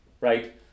right